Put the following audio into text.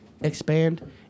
expand